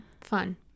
Fun